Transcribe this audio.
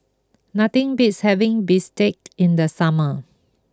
nothing beats having Bistake in the summer